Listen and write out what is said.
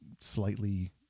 slightly